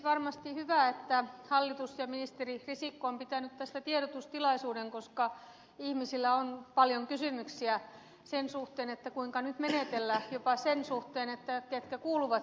varmasti on hyvä että hallitus ja ministeri risikko ovat pitäneet tästä tiedotustilaisuuden koska ihmisillä on paljon kysymyksiä sen suhteen kuinka nyt menetellä jopa sen suhteen ketkä kuuluvat siihen riskiryhmään